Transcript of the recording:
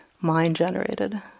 mind-generated